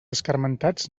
escarmentats